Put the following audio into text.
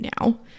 now